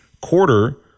quarter